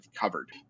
covered